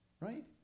Right